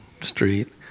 Street